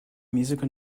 musical